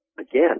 again